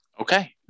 Okay